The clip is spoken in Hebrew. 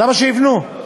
למה שיבנו?